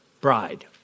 bride